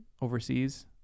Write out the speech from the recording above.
overseas